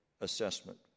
assessment